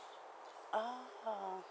ah